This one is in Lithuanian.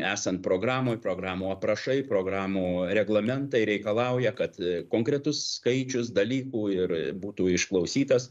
esant programoj programų aprašai programų reglamentai reikalauja kad konkretus skaičius dalykų ir būtų išklausytas